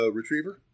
retriever